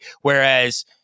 Whereas